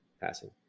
passing